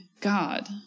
God